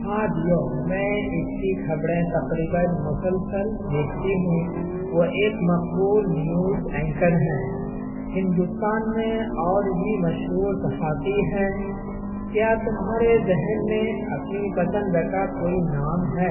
ہاں دیو میں اس کی خبریں تقریباً مسلسل دیکھتی ہوں وہ ایک مقبول نیوز اینکر ہیں ہندوستان میں اور بھی مشہور صحافی ہیں کیا تمہارے ذہن میں اپنی پسند کا کوئی نام ہے